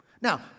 Now